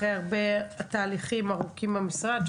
אחרי הרבה תהליכים ארוכים במשרד.